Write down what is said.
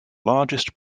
largest